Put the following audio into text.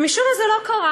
ומשום מה זה לא קרה.